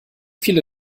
viele